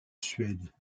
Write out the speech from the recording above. suède